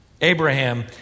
abraham